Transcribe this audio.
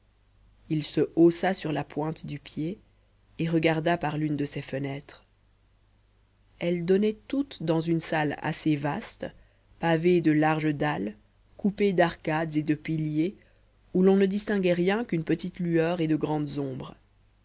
il se haussa sur la pointe du pied et regarda par l'une de ces fenêtres elles donnaient toutes dans une salle assez vaste pavée de larges dalles coupée d'arcades et de piliers où l'on ne distinguait rien qu'une petite lueur et de grandes ombres